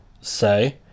say